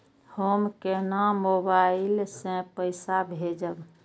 हम केना मोबाइल से पैसा भेजब?